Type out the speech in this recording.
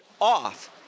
off